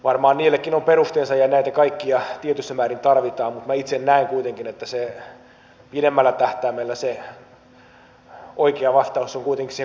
varmaan niillekin on perusteensa ja näitä kaikkia tietyssä määrin tarvitaan mutta minä itse näen kuitenkin että pidemmällä tähtäimellä se oikea vastaus on kuitenkin siihen kulttuuriin vaikuttaminen